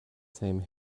same